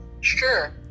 Sure